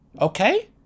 Okay